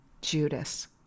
Judas